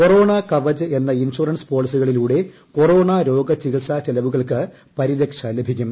corona Kavach എന്ന insurance പ്രേർളിസികളിലൂടെ corona രോഗ ചികിത്സ ചെലവുകൾക്ക് പ്രിരക്ഷ ലഭിക്കും